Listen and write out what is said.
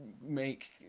make